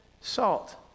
salt